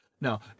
Now